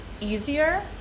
easier